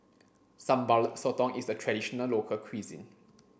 Sambal Sotong is a traditional local cuisine